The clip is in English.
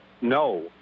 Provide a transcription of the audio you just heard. no